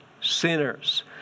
sinners